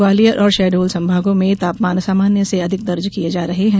ग्वालियर और शहडोल संभागों में तापमान सामान्य से अधिक दर्ज किये जा रहे हैं